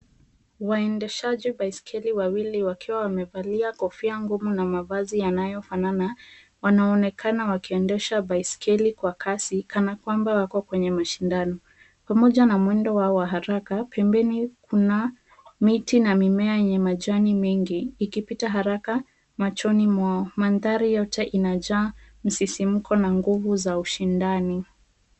Waendeshaji baiskeli wawili wakiwa wamevalia kofia ngumu na mavazi yanayofanana. Wanaonekana wakiendesha baiskeli kwa kasi kana kwamba wako kwa mashindano. Pamoja na mwendo wao wa haraka, pembeni kuna miti na mimea ya majani mengi ikipita haraka machoni mwao. Maandhari yote inajaa msisimko na nguvu za ushindani.